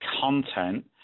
content